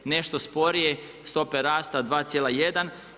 Nešto sporije stope rasta 2,1.